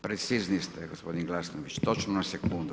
Precizni ste gospodine Glasnović, točno na sekundu.